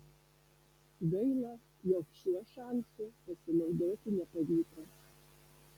gaila jog šiuo šansu pasinaudoti nepavyko